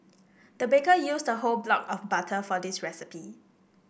the baker used a whole block of butter for this recipe